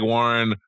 Warren